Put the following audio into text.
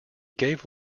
gave